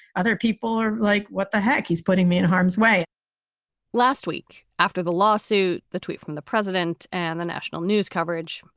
other people are like, what the heck? he's putting me in harm's way last week after the lawsuit. the tweet from the president and the national news coverage.